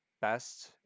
best